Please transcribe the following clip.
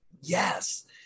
yes